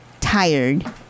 tired